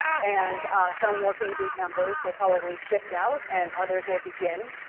and some working group members will probably shift out and others will begin.